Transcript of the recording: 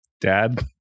Dad